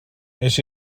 wnes